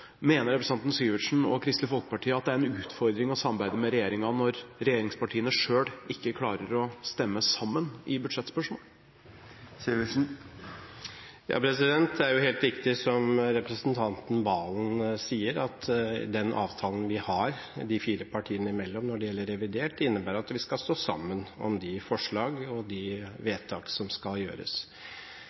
Mener representanten Syversen og Kristelig Folkeparti at det er en utfordring å samarbeide med regjeringen når regjeringspartiene selv ikke klarer å stemme sammen i budsjettspørsmål? Det er helt riktig, som representanten Serigstad Valen sier, at den avtalen vi har, de fire partiene imellom, når det gjelder revidert, innebærer at vi skal stå sammen om forslag og om de vedtakene som skal gjøres.